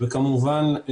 וכמובן,